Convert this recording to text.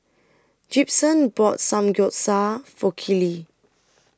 Gibson bought Samgeyopsal For Keely